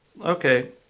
Okay